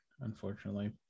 Unfortunately